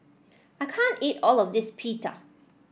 I can't eat all of this Pita